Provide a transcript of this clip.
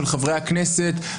של חברי הכנסת,